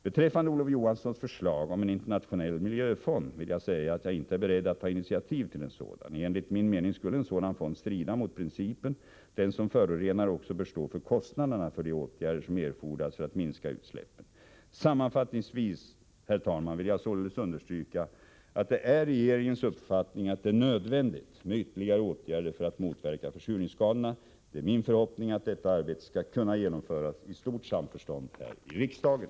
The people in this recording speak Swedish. Beträffande Olof Johanssons förslag om en internationell miljöfond vill jag säga att jag inte är beredd att ta initiativ till en sådan. Enligt min mening skulle en sådan fond strida mot principen att den som förorenar också bör stå för kostnaderna för de åtgärder som erfordras för att minska utsläppen. Sammanfattningsvis, herr talman, vill jag således understryka att det är regeringens uppfattning att det är nödvändigt med ytterligare åtgärder för att motverka försurningsskadorna. Det är min förhoppning att detta arbete skall kunna genomföras i stort samförstånd här i riksdagen.